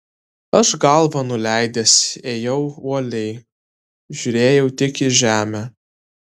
aš galvą nuleidęs ėjau uoliai žiūrėjau tik į žemę